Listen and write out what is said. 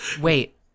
Wait